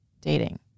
dating